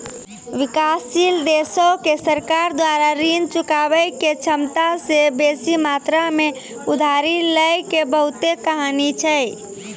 विकासशील देशो के सरकार द्वारा ऋण चुकाबै के क्षमता से बेसी मात्रा मे उधारी लै के बहुते कहानी छै